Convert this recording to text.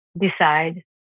decide